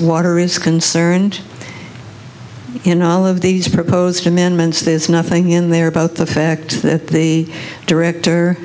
water is concerned in all of these proposed amendments there's nothing in there about the fact that the director